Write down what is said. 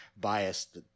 biased